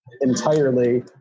entirely